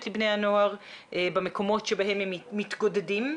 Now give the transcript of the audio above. לבני הנוער במקומות שבהם הם מתגודדים.